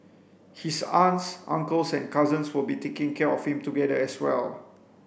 his aunts uncles and cousins will be taking care of him together as well